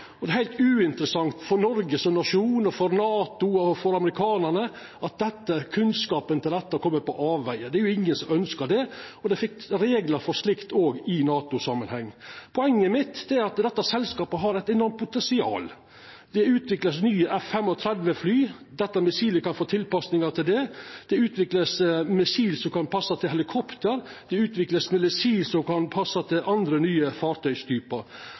Det er ikkje heilt uinteressant for Noreg som nasjon, for NATO og for amerikanarane at kunnskapen om dette kjem på avvegar. Det er ingen som ønskjer det, og dei fekk reglar for slikt òg i NATO-samanheng. Poenget mitt er at dette selskapet har eit enormt potensial. Det vert utvikla nye F-35-fly, og dette missilet kan få tilpassingar til det. Det vert utvikla missil som kan passa til helikopter, det vert utvikla missil som kan passa til andre, nye